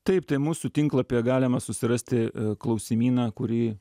taip tai mūsų tinklapyje galima susirasti klausimyną kurį